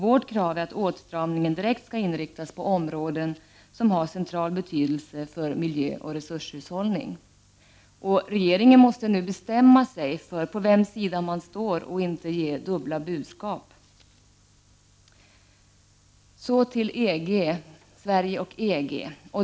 Vårt krav är att åtstramningen direkt skall inriktas på områden som har central betydelse för miljöoch resurshushållning. Regeringen måste nu bestämma sig för på vems sida man står och inte ge dubbla budskap. Så till frågan om Sverige och EG.